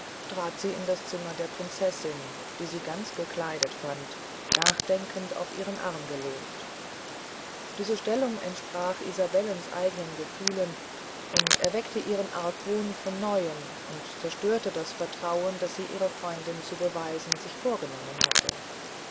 trat sie in das zimmer der prinzessin die sie ganz gekleidet fand nachdenkend auf ihren arm gelehnt diese stellung entsprach isabellens eignen gefühlen erweckte ihren argwohn von neuem und zerstörte das vertrauen das sie ihrer freundin zu beweisen sich vorgenommen hatte